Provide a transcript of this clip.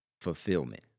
fulfillment